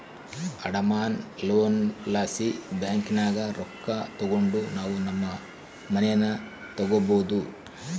ಅಡಮಾನ ಲೋನ್ ಲಾಸಿ ಬ್ಯಾಂಕಿನಾಗ ರೊಕ್ಕ ತಗಂಡು ನಾವು ನಮ್ ಮನೇನ ತಗಬೋದು